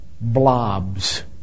blobs